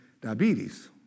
diabetes